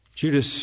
Judas